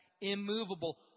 immovable